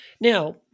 Now